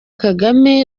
kagame